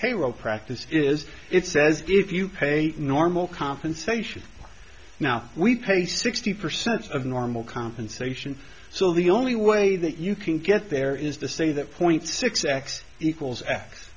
payroll practice is it says if you pay normal compensation now we pay sixty percent of normal compensation so the only way that you can get there is to say that point six x x equals